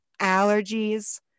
allergies